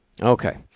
Okay